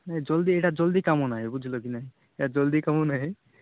ନାଇଁ ଜଲ୍ଦି ଏଟା ଜଲ୍ଦି କାମ ନାଇଁ ବୁଝିଲ କି ନାଇଁ ଏଟା ଜଲ୍ଦି କାମ ନାହିଁ